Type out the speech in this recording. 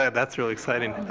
yeah that's really exciting.